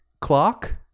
clock